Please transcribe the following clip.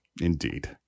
indeed